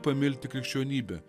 pamilti krikščionybę